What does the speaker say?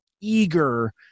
eager